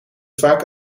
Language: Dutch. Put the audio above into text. vaak